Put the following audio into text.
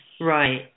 Right